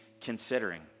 considering